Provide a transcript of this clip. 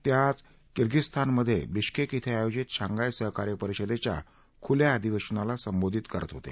ते आज किर्गिझस्तानमधे बिश्केक धे आयोजित शांघाय सहकार्य परिषदेच्या खुल्या अधिवेशनाला संबोधित करत होते